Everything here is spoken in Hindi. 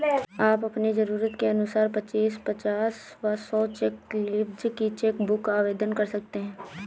आप अपनी जरूरत के अनुसार पच्चीस, पचास व सौ चेक लीव्ज की चेक बुक आवेदन कर सकते हैं